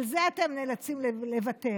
על זה אתם נאלצים לוותר.